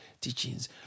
teachings